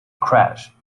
crash